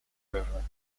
river